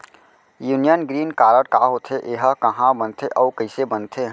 Union green card का होथे, एहा कहाँ बनथे अऊ कइसे बनथे?